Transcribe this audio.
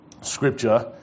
Scripture